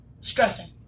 stressing